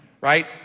Right